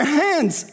hands